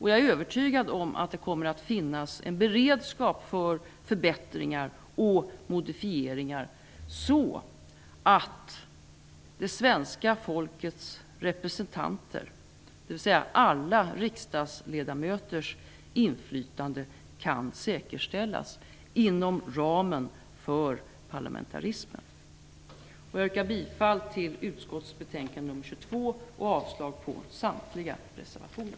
Jag är övertygad om att det kommer att finnas en beredskap för förbättringar och modifieringar så att det svenska folkets representanters, dvs. alla riksdagsledamöters, inflytande kan säkerställas inom ramen för parlamentarismen. Jag yrkar bifall till utskottets hemställan i betänkande KU22 och avslag på samtliga reservationer.